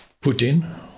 Putin